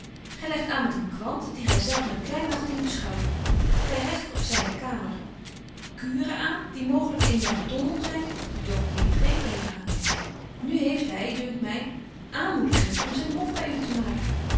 legt aan met een kwant dien gy zelf met kleinachting beschouwt gy regt op zyne kamer kuren aan die mooglyk in den ton zyn doch die u geen eere aandoen nu heeft hy dunkt betje wolff en aagje deken historie van mejuffrouw sara burgerhart my aanmoediging om zyn hof by u te maken